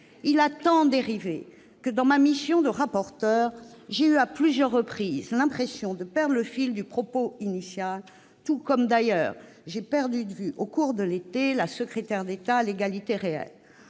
II a tant dérivé que, dans l'exercice de ma mission de rapporteur, j'ai eu à plusieurs reprises l'impression de perdre le fil du propos initial, tout comme, d'ailleurs, j'ai perdu de vue, au cours de l'été, la secrétaire d'État chargée de l'égalité réelle